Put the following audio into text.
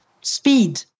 speed